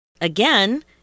Again